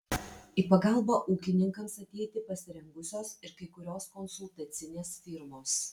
į pagalbą ūkininkams ateiti pasirengusios ir kai kurios konsultacinės firmos